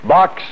Box